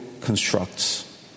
constructs